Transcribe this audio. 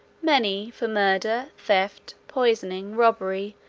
many for murder, theft, poisoning, robbery,